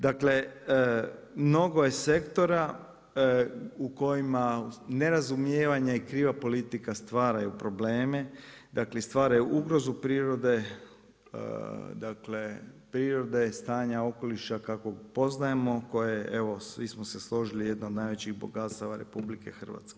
Dakle, mnogo je sektora u kojima nerazumijevanja i kriva politika stvaraju probleme, dakle i stvaraju ugrozu prirode, dakle prirode, stanja okoliša kakvog poznajemo, koje evo svi smo se složili je jedna od najvećih bogatstava RH.